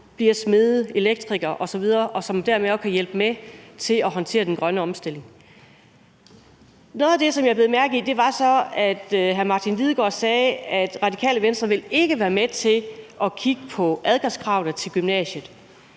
bliver smede, elektrikere osv., og som dermed også kan hjælpe med til at håndtere den grønne omstilling. Noget af det, som jeg bed mærke i, var så, at hr. Martin Lidegaard sagde, at Radikale Venstre ikke ville være med til at kigge på adgangskravene til gymnasiet.